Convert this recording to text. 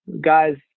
guys